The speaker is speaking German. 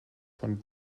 von